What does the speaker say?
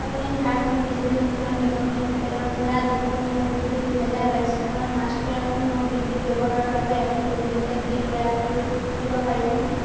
আপুনি ঝাৰখণ্ড বিজলী বিতৰণ নিগম লিমিটেডৰপৰা দুই শূন্য দুই দুই দুহেজাৰ বাইছ চনৰ মাৰ্চত মোৰ বিদ্যুৎ ব্যৱহাৰৰ বাবে এখন ডুপ্লিকেট বিল তৈয়াৰ কৰি দিব পাৰিবনে